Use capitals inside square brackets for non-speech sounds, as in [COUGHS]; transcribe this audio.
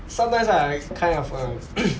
sometimes I kind of uh [COUGHS]